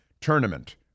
tournament